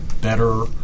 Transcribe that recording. better